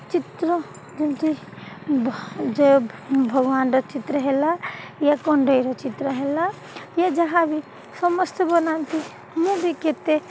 ଚିତ୍ର ଯେମିତି ଯେ ଭଗବାନର ଚିତ୍ର ହେଲା ୟା କଣ୍ଢେଇର ଚିତ୍ର ହେଲା ୟା ଯାହା ବିି ସମସ୍ତେ ବନାନ୍ତି ମୁଁ ବି କେତେ